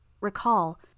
recall